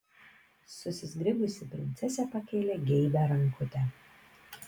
susizgribusi princesė pakėlė geibią rankutę